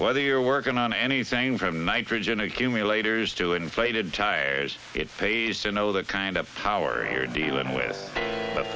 whether you're working on anything from nitrogen accumulators to inflated tires it pays to know the kind of power you're dealing with